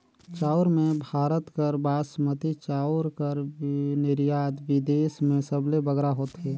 चाँउर में भारत कर बासमती चाउर कर निरयात बिदेस में सबले बगरा होथे